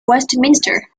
westminster